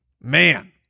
Man